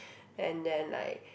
and then like